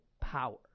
power